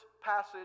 passage